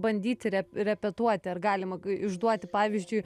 bandyti repetuoti ar galima išduoti pavyzdžiui